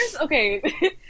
okay